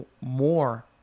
more